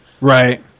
Right